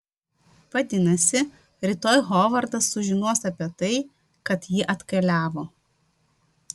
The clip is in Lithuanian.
vadinasi rytoj hovardas sužinos apie tai kad ji atkeliavo